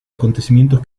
acontecimientos